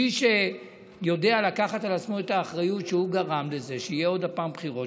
מי שיודע לקחת על עצמו את האחריות שהוא גרם לזה שיהיו עוד פעם בחירות,